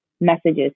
messages